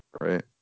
Right